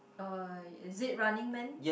uh is it Running Man